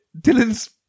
Dylan's